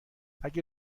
اگه